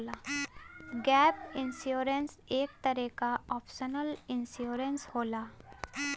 gap insurance एक तरे क ऑप्शनल इंश्योरेंस होला